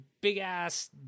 big-ass